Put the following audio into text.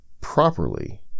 properly